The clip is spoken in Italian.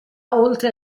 oltre